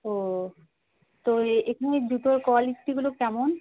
ও তো এ এখানে জুতোর কোয়ালিটিগুলো কেমন